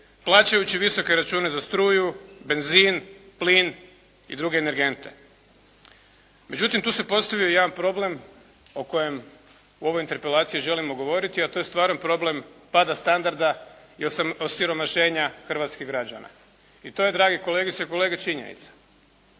plaćajući visoke račune na struju, benzin, plin i druge energente. Međutim, tu se postavio jedan problem o kojem u ovoj interpelaciji želimo govoriti, a to je stvaran problem pada standarda i osiromašenja hrvatskih građana. I to je drage kolegice i kolege činjenica.